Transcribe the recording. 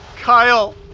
Kyle